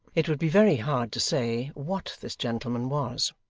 it would be very hard to say what this gentleman was.